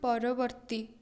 ପରବର୍ତ୍ତୀ